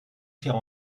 faire